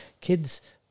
kids